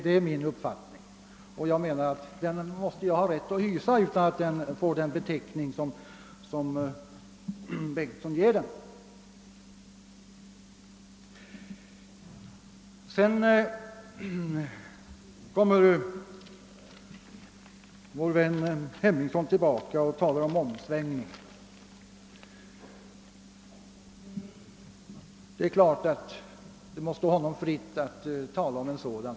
Det är min uppfattning, och jag menar, att jag måste ha rätt att hysa den utan att den får den beteckning som herr Bengtsson i Varberg gav den. Vår vän Henningsson återkom sedan med sitt tal om en omsvängning. Det är klart att det står honom fritt att tala om en sådan.